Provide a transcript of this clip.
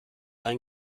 ein